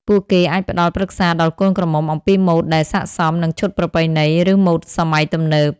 ពួកគេអាចផ្តល់ប្រឹក្សាដល់កូនក្រមុំអំពីម៉ូដដែលស័ក្តិសមនឹងឈុតប្រពៃណី ឬម៉ូដសម័យទំនើប។